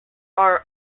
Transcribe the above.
are